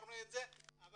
אבל